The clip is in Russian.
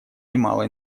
немало